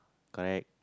correct